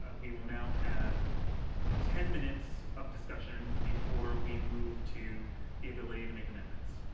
ah we will now have ten minutes of discussion before we move to the ability to make amendments.